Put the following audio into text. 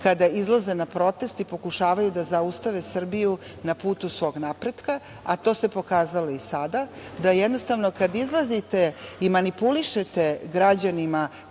kada izlaze na proteste i pokušavaju da zaustave Srbiju na putu svog napretka, a to se pokazalo i sada, da jednostavno kada izlazite i manipulišete građanima